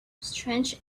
strange